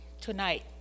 tonight